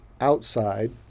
outside